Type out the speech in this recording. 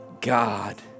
God